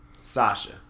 Sasha